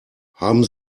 haben